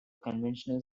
conventional